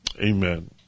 amen